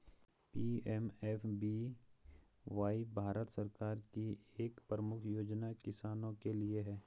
PMFBY Bharat सरकार की एक प्रमुख योजना किसानों के लिए है